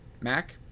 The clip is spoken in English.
Mac